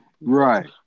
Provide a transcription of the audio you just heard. right